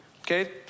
Okay